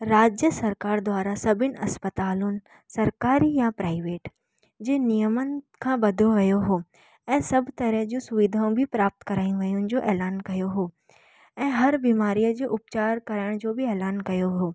राज्य सरकारु द्वारा सभिनि अस्पतालुनि सरकारी या प्राइवेट जे नियमनि खां ॿधो वियो हुओ ऐं सभु तरह जूं सुविधाऊं बि प्राप्त कराई वियूं उन जो ऐलान कयो हुओ ऐं हर बीमारीअ जो उपचार कराइण जो बि ऐलान कयो हुओ